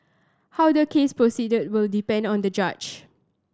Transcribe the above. how the case proceed will depend on the judge